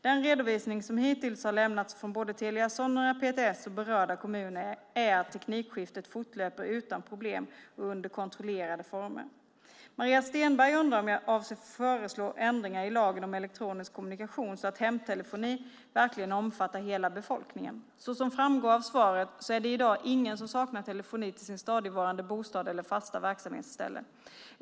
Den redovisning som hittills har lämnats från både Telia Sonera, PTS och berörda kommuner är att teknikskiftet fortlöper utan problem och under kontrollerade former. Maria Stenberg undrar om jag avser att föreslå ändringar i lagen om elektronisk kommunikation så att hemtelefoni verkligen omfattar hela befolkningen. Så som framgår av svaret är det i dag ingen som saknar telefoni till sin stadigvarande bostad eller sitt fasta verksamhetsställe.